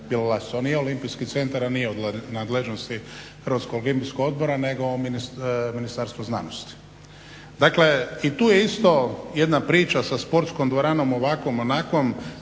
je olimpijski centar a nije u nadležnosti Hrvatskog olimpijskog odbora nego Ministarstvu znanosti. Dakle i tu je isto jedna priča sa sportskom dvoranom ovakvom, onakvom,